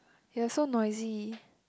you're so noisy